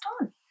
on